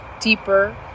deeper